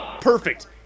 perfect